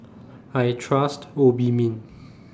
I Trust Obimin